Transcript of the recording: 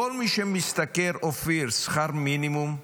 כל מי שמשתכר, אופיר, שכר מינימום,